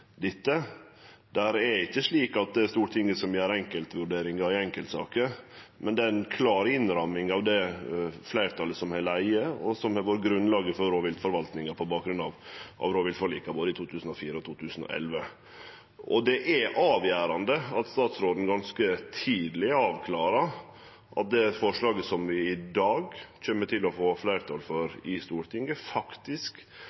dette. Det er ikkje slik at det er Stortinget som gjer enkeltvurderingar i enkeltsaker, men det er ei klar innramming av det fleirtalet som har vore, og som har vore grunnlaget for rovviltforvaltninga på bakgrunn av rovviltforlika både i 2004 og 2011. Det er avgjerande at statsråden ganske tidleg avklarar at det forslaget som vi i dag kjem til å få fleirtal